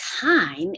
time